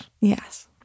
Yes